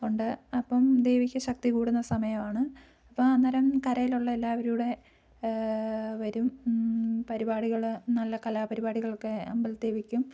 ഉണ്ട് അപ്പം ദേവിക്ക് ശക്തി കൂടുന്ന സമയം ആണ് അപ്പം അന്നേരം കരയിലുള്ള എല്ലാവരൂടെ വരും പരിപാടികൾ നല്ല കലാപരിപാടികളൊക്കെ അമ്പലത്തിൽ വെക്കും